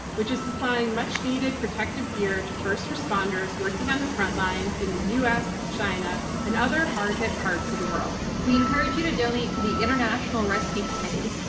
which is supplying much needed protective gear to first responders working on the frontlines in the u. s, china and other hard hit parts of the world. we encourage you to donate to the international rescue committee,